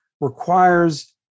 requires